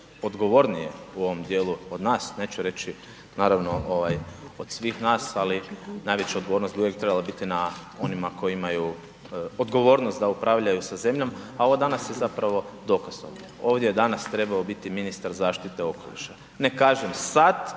odgovornije u ovom dijelu od nas, neću reći naravno ovaj od svih nas, ali najveća odgovornost bi uvijek trebala biti na onima koji imaju odgovornost da upravljaju sa zemljom, a ovo danas je zapravo dokaz ovdje. Ovdje je danas trebao biti ministar zaštite okoliša. Ne kažem sad